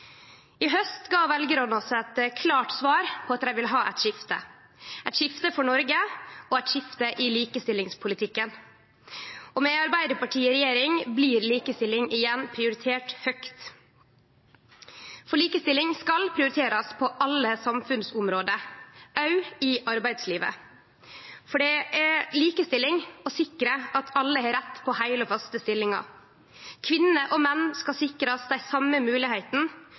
I haust gav veljarane oss eit klart svar på at dei ville ha eit skifte – eit skifte for Noreg, og eit skifte i likestillingspolitikken – og med Arbeidarpartiet i regjering blir likestilling igjen prioritert høgt. Llikestilling skal prioriterast på alle samfunnsområde, òg i arbeidslivet, for det er likestilling å sikre at alle har rett på heile, faste stillingar. Kvinner og menn skal sikrast dei same